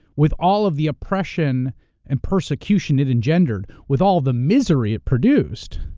with all of the oppression and persecution it endangered with all the misery it produced,